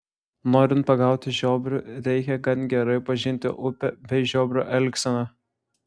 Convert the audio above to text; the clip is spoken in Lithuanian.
norint pagauti žiobrių reikia gan gerai pažinti upę bei žiobrio elgseną